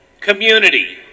community